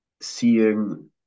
seeing